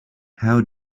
how